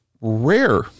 rare